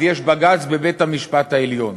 אז יש בג"ץ בבית-המשפט העליון.